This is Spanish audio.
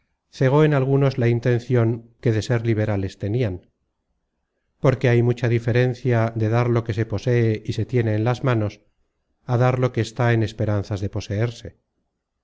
cegó en algunos la intencion que de ser liberales tenian porque hay mucha diferencia de dar lo que se posee y se tiene en las manos á dar lo que está en esperanzas de poseerse sacó